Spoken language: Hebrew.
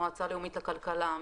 המועצה הלאומית לכלכלה,